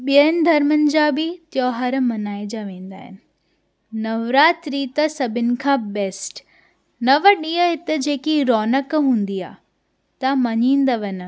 ॿियनि धर्मनि जा बि त्योहार मल्हाया वेंदा आहिनि नवरात्रि त सभिनि खां बैस्ट नव ॾींहं हिते जेकी रोनक हूंदी आहे तव्हां मञींदव न